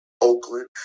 Oakland